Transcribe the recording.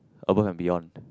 Above and Beyond